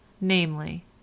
namely